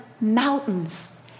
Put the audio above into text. mountains